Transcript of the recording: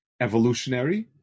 evolutionary